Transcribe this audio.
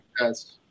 Yes